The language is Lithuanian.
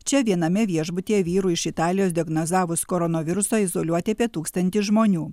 čia viename viešbutyje vyrui iš italijos diagnozavus koronavirusą izoliuoti apie tūkstantį žmonių